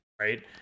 right